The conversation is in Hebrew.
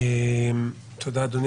תודה, אדוני